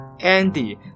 Andy